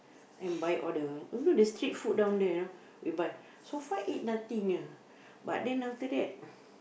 and buy all the you know the street food down there you know we buy so far eat nothing ah but then after that